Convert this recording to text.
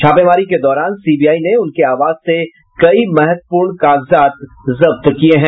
छापेमारी के दौरान सीबीआई ने उनके आवास से कई महत्वपूर्ण कागजात जब्त किये हैं